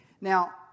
Now